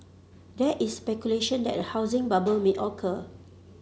there is speculation that a housing bubble may occur